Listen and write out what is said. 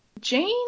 Jane